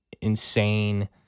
insane